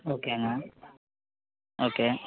ஓகேங்க ஓகே